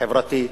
חברתי,